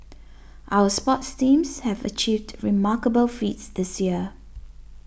our sports teams have achieved remarkable feats this year